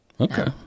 Okay